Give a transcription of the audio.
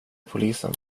polisen